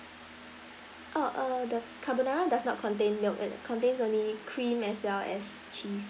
oh err the carbonara does not contain yog~ err contains only cream as well as cheese